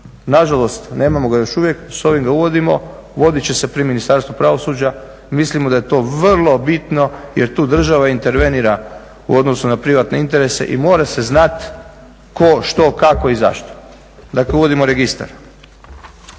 Nažalost, nemamo ga još uvijek, s ovim ga uvodimo, voditi će se pri Ministarstvu pravosuđa, mislimo da je to vrlo bitno jer tu država intervenira u odnosu na privatne interese i mora se znati tko, što, kako i zašto. Dakle uvodimo registar.